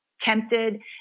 tempted